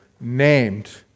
named